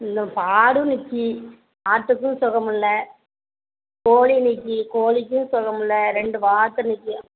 இந்த ஆடு நிக்கிது ஆட்டுக்கும் சுகம்மில்ல கோழி நிக்கிது கோழிக்கும் சுகம்மில்ல ரெண்டு வாத்து நிக்கிது